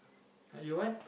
ah you what